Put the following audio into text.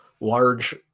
large